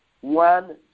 one